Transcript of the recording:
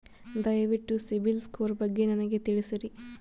ದಯವಿಟ್ಟು ಸಿಬಿಲ್ ಸ್ಕೋರ್ ಬಗ್ಗೆ ನನಗ ತಿಳಸರಿ?